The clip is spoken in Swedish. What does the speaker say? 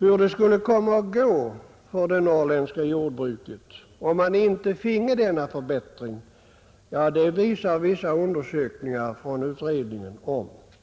Hur det skulle gå för det norrländska jordbruket om det inte finge denna förbättring visar vissa undersökningar som utredningen gjort.